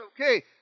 Okay